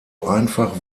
einfach